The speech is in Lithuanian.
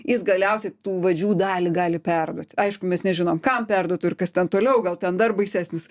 jis galiausiai tų vadžių dalį gali perduoti aišku mes nežinom kam perduotų ir kas ten toliau gal ten dar baisesnis